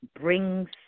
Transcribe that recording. brings